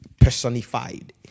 personified